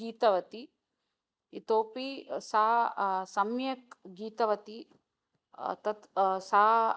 गीतवती इतोऽपि सा सम्यक् गीतवती तत् सा